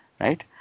right